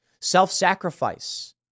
self-sacrifice